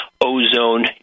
ozone